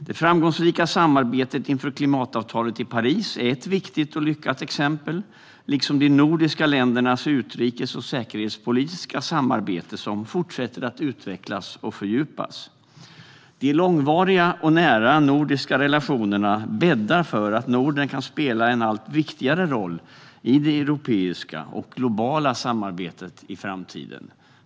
Det framgångsrika samarbetet inför klimatavtalet i Paris är ett viktigt och lyckat exempel, liksom de nordiska ländernas utrikes och säkerhetspolitiska samarbete, som fortsätter att utvecklas och fördjupas. De långvariga och nära nordiska relationerna bäddar för att Norden kan spela en allt viktigare roll i det europeiska och globala samarbetet i framtiden.